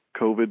COVID